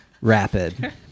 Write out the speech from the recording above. Rapid